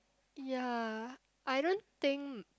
ya I don't think